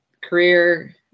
career